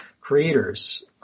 creators